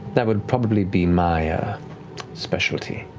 that would probably be my ah specialty.